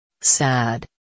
Sad